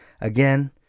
Again